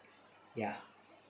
ya